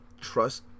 trust